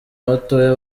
batoya